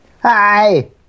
Hi